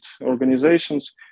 organizations